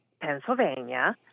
Pennsylvania